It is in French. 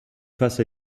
face